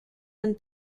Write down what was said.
and